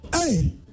Hey